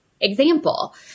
example